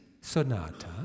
sonata